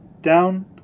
down